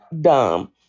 dumb